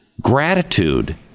gratitude